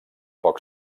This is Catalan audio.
poc